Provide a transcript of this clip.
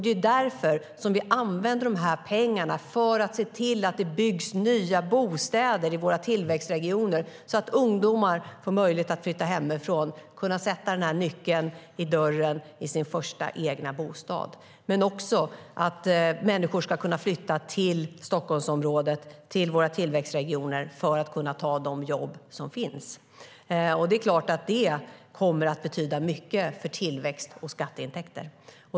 Det är därför som vi använder de här pengarna för att se till att det byggs nya bostäder i våra tillväxtregioner så att ungdomar får möjlighet att flytta hemifrån och kunna sätta nyckeln i dörren till sin första egna bostad men också så att människor ska kunna flytta till Stockholmsområdet, till våra tillväxtregioner, för att kunna ta de jobb som finns. Det är klart att det kommer att betyda mycket för tillväxt och skatteintäkter.